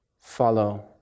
follow